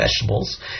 vegetables